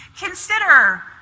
Consider